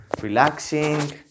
relaxing